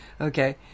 Okay